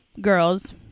girls